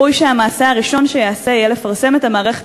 ראוי שהמעשה הראשון שהוא יעשה יהיה לפרסם את המערכת